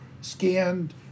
scanned